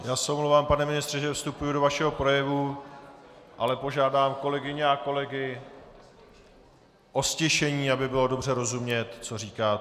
Já se omlouvám, pane ministře, že vstupuji do vašeho projevu, ale požádám kolegyně a kolegy o ztišení, aby bylo dobře rozumět, co říkáte.